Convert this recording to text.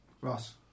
Ross